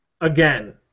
again